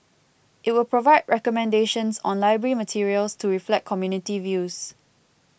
it will provide recommendations on library materials to reflect community views